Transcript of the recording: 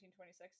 1926